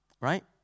right